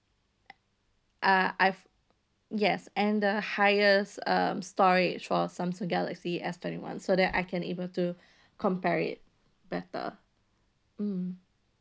uh I've yes and the highest um storage for Samsung galaxy S twenty one so that I can able to compare it better mm